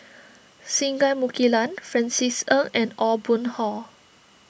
Singai Mukilan Francis Ng and Aw Boon Haw